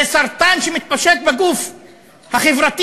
זה סרטן שמתפשט בגוף החברה,